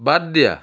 বাদ দিয়া